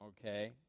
Okay